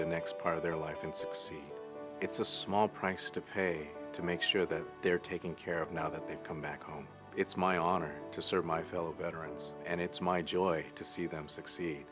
the next part of their life and it's a small price to pay to make sure that they're taking care of now that they've come back home it's my honor to serve my fellow veterans and it's my joy to see them succeed